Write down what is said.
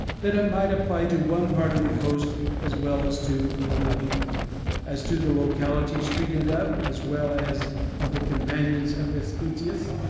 that it might apply to one part of the coast as well as to another as to the localities treated of, as well as of the companions of vespucius,